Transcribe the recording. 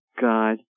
God